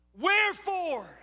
wherefore